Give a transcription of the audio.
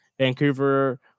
Vancouver